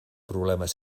problemes